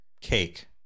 cake